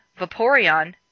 Vaporeon